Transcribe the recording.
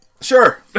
Sure